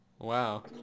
Wow